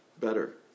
better